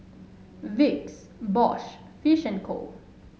Vicks Bosch Fish and Co